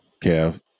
Kev